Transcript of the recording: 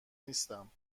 نیستم